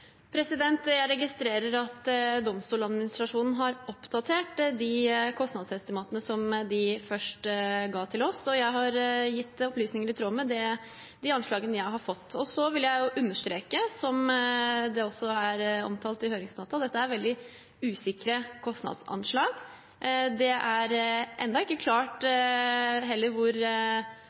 Jeg registrerer at Domstoladministrasjonen har oppdatert de kostnadsestimatene som de første ga til oss, og jeg har gitt opplysninger i tråd med de anslagene jeg har fått. Jeg vil understreke, som også omtalt i høringsnotatet, at dette er veldig usikre kostnadsanslag. Det er ennå ikke klart hvor